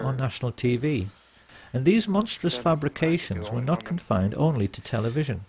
on national t v and these monstrous fabrications were not confined only to television